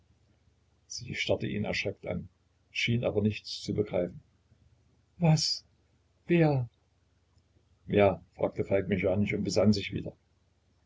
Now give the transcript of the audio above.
sie starrte ihn erschreckt an schien aber nichts zu begreifen was wer wer fragte falk mechanisch und besann sich wieder